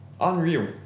Unreal